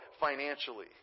financially